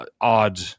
odd